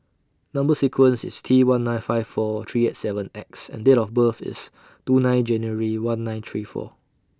Number sequence IS T one nine five four three eight seven X and Date of birth IS two nine January one nine three four